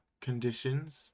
conditions